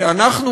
ואנחנו,